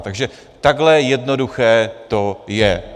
Takže takhle jednoduché to je.